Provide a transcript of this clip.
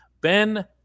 Ben